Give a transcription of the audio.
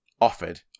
offered